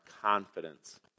confidence